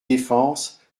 défense